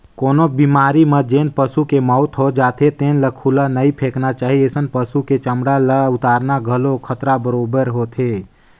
कोनो बेमारी म जेन पसू के मउत हो जाथे तेन ल खुल्ला नइ फेकना चाही, अइसन पसु के चमड़ा ल उतारना घलो खतरा बरोबेर होथे